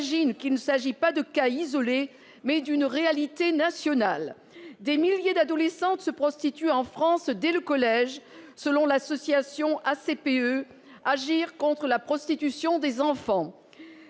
qu'il s'agit non pas de cas isolés mais d'une réalité nationale. Des milliers d'adolescentes se prostituent en France dès le collège selon l'association Agir contre la prostitution des enfants,